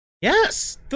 Yes